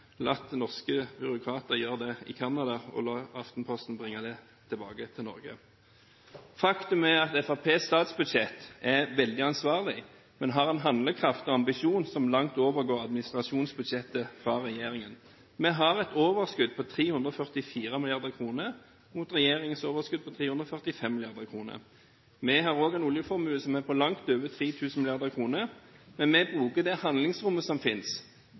norske byråkrater gjøre det i Canada og latt Aftenposten bringe det tilbake til Norge. Faktum er at Fremskrittspartiets statsbudsjett er veldig ansvarlig. Vi har en handlekraft og ambisjon som langt overgår administrasjonsbudsjettet fra regjeringen. Vi har et overskudd på 344 mrd. kr, mot regjeringens overskudd på 345 mrd. kr. Vi har også en oljeformue som er på langt over 3 000 mrd. kr, men vi bruker det handlingsrommet som finnes